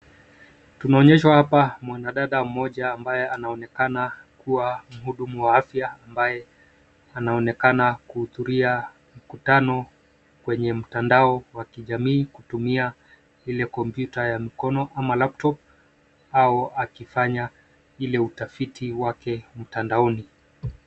Tumeonyeshwa hapa mwanadada moja ambaye anaonekana kuwa mhudumu wa afya ambaye anaonekana kuhudhuria mkutano kwenye mtandao wa kijamii kutumia ile kompyuta ya mkono ama cs[laptop]cs au akifanya ile utafiti wake mtandaoni.